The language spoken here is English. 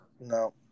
no